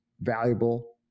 valuable